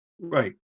Right